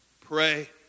Pray